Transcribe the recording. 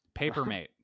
Papermate